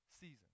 season